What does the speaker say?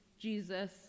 Jesus